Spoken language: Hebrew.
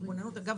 אגב,